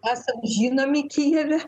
esam žinomi kijeve